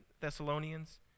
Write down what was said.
Thessalonians